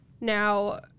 Now